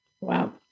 Wow